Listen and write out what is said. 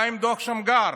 מה עם דוח שמגר?